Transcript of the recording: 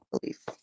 belief